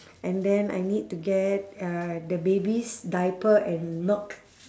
and then I need to get uh the baby's diaper and milk